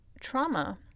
trauma